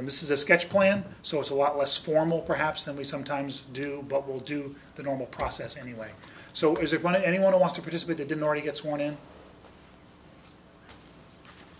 them this is a sketch plan so it's a lot less formal perhaps than we sometimes do but we'll do the normal process anyway so is it want anyone to want to participate in or to get sworn in